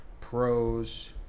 Pros